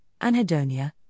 anhedonia